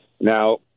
Now